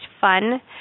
fun